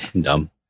Dumb